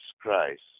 christ